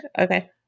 Okay